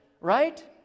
right